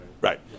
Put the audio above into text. Right